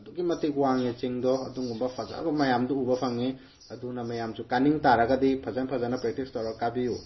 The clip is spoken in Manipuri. ꯑꯗꯨꯛꯀꯤ ꯃꯇꯤꯛ ꯋꯥꯡꯏ ꯆꯤꯡꯗꯣ ꯑꯗꯨꯒꯨꯝꯕ ꯐꯖꯕ ꯃꯌꯥꯝꯗꯣ ꯎꯕ ꯐꯪꯏ ꯑꯗꯨꯅ ꯃꯌꯥꯝꯁꯨ ꯀꯥꯅꯤꯡꯕꯇꯥꯔꯒꯗꯤ ꯐꯖ ꯐꯖꯅ ꯄ꯭ꯔꯦꯛꯇꯤꯁ ꯇꯧꯔꯒ ꯀꯥꯕꯤꯌꯨ